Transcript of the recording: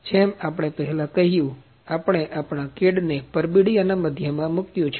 જેમ આપણે પહેલા કહ્યું આપણે આપણા CAD ને પરબીડિયાના મધ્ય માં મૂક્યું છે